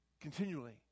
continually